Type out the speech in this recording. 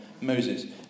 Moses